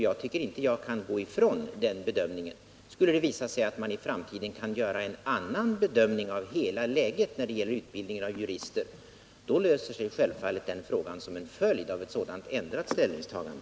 Jag tycker inte att jag kan gå ifrån den bedömningen. Skulle det visa sig att man i framtiden kan göra en annan bedömning av hela läget när det gäller utbildningen av jurister, löser sig självfallet den frågan som en följd av ett sådant ändrat ställningstagande.